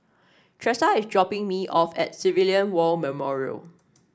Tressa is dropping me off at Civilian War Memorial